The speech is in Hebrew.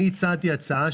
הצעתי הצעה,